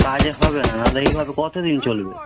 কাজে হবে না নাহলে এইভাবে কতো দিন চলবে